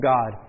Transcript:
God